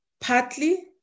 partly